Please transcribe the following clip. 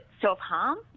self-harm